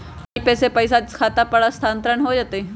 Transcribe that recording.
Google Pay से पईसा खाता पर स्थानानंतर हो जतई?